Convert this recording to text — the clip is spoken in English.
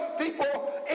people